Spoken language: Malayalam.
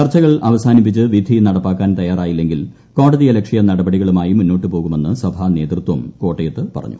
ചർച്ചകൾ അവസാനിപ്പിച്ച് വിധി നടപ്പാക്കാൻ തയാറായില്ലെങ്കിൽ കോടതിയലക്ഷ്യ നടപടികളുമായി മുന്നോട്ടു പോകുമെന്ന് സഭാനേതൃത്വം കോട്ടയത്ത് പറഞ്ഞു